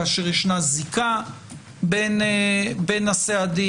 כאשר יש זיקה בין הסעדים,